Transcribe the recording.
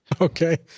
Okay